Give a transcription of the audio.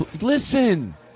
Listen